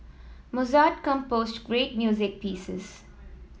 Mozart composed great music pieces